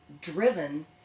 driven